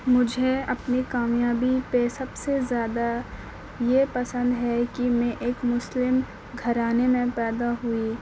مجھے اپنی کامیابی پہ سب سے زیادہ یہ پسند ہے کہ میں ایک مسلم گھرانے میں پیدا ہوئی